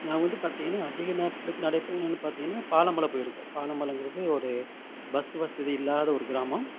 நான் வந்து பார்த்தீங்கன்னா அதிக நாட்களுக்கு நடைப் பயணனு பார்த்தீங்கன்னா பாலமலை போயிருக்கேன் பாலமலைங்கிறது ஒரு பஸ் வசதி இல்லாத ஒரு கிராமம்